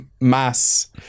mass